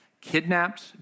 kidnapped